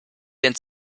den